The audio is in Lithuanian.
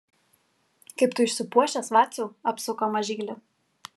kaip tu išsipuošęs vaciau apsuko mažylį